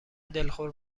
دلخور